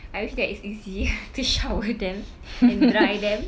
I wish that it's easy to shower them and dry them